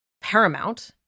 paramount